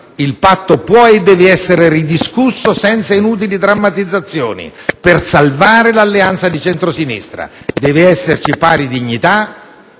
Il patto può e deve essere ridiscusso senza inutili drammatizzazioni per salvare l'alleanza di centro‑sinistra. Deve esserci pari dignità.